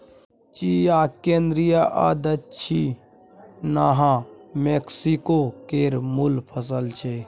चिया केंद्रीय आ दछिनाहा मैक्सिको केर मुल फसल छै